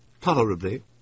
Tolerably